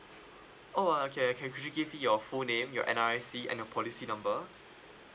oh uh okay okay could you give me your full name your N_R_I_C and your policy number